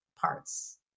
parts